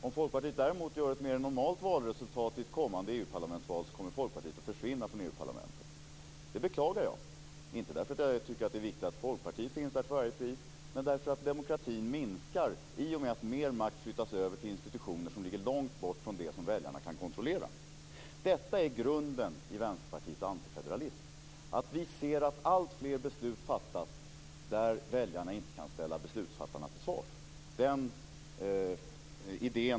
Om Folkpartiet däremot gör ett mer normalt valresultat i ett kommande Europaparlamentsval, kommer Folkpartiet att försvinna från Jag beklagar det, inte därför att jag tycker att det är viktigt att Folkpartiet till varje pris ska finnas där utan därför att demokratin minskar i och med att mer makt flyttas över till institutioner som ligger långt bort från det som väljarna kan kontrollera. Grunden till Vänsterpartiets antifederalism är att vi ser att alltfler beslut fattas där väljarna inte kan ställa beslutsfattarna till svars.